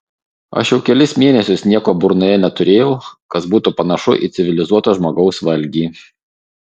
aš jau kelis mėnesius nieko burnoje neturėjau kas būtų panašu į civilizuoto žmogaus valgį